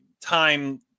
time